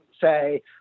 say